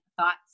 thoughts